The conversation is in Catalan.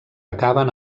acaben